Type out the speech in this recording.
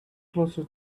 closer